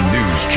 News